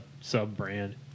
sub-brand